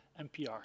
NPR